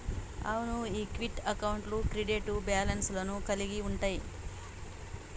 అవును ఈక్విటీ అకౌంట్లు credit balance లను కలిగి ఉంటయ్యి